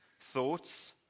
thoughts